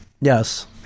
Yes